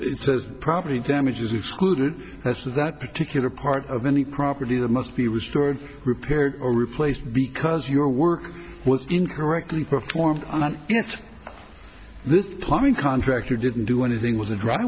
the property damage is excluded as to that particular part of any property that must be restored repaired or replaced because your work was incorrectly performed on the plumbing contractor didn't do anything with the dry